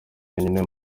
wenyine